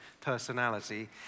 personality